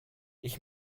ich